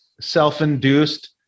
self-induced